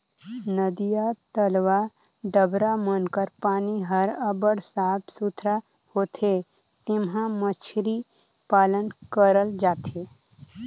नदिया, तलवा, डबरा मन कर पानी हर अब्बड़ साफ सुथरा होथे जेम्हां मछरी पालन करल जाथे